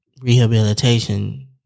rehabilitation